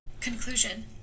Conclusion